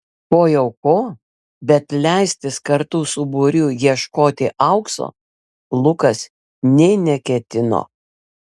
ko jau ko bet leistis kartu su būriu ieškoti aukso lukas nė neketino